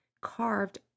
carved